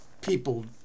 people